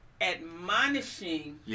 admonishing